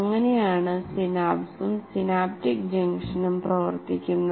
അങ്ങനെയാണ് സിനാപ്സും സിനാപ്റ്റിക് ജംഗ്ഷനും പ്രവർത്തിക്കുന്നത്